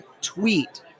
tweet